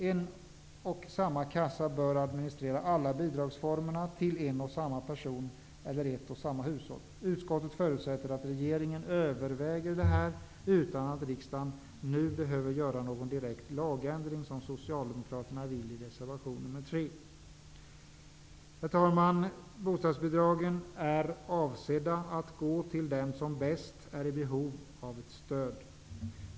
En och samma kassa bör administrera alla bidragsformerna till en och samma person eller ett och samma hushåll. Utskottet förutsätter att regeringen överväger detta, utan att riksdagen nu behöver göra någon direkt lagändring som Herr talman! Bostadsbidragen är avsedda att gå till dem som bäst är i behov av stöd.